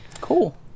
cool